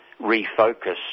refocus